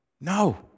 No